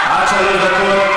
עד שלוש דקות.